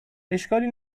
اشکالی